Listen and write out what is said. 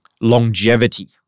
longevity